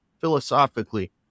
philosophically